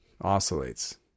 oscillates